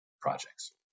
projects